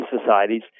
societies